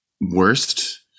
Worst